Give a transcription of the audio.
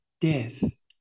death